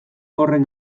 horren